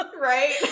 Right